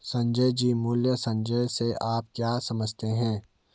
संजय जी, मूल्य संचय से आप क्या समझते हैं?